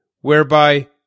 Whereby